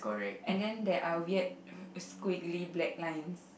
and then there are weird squiggly black lines